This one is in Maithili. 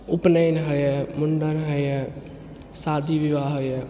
उपनएन होइए मुण्डन होइए शादी बिआह होइए